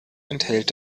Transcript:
enthält